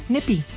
Nippy